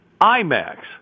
IMAX